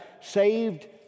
saved